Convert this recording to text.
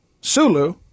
Sulu